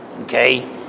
Okay